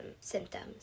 symptoms